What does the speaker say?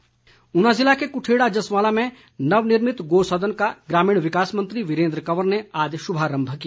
गौसदन ऊना ज़िले के कुठेड़ा जसवालां में नवनिर्मित गौसदन का ग्रामीण विकास मंत्री वीरेन्द्र कंवर ने आज शुभारम्भ किया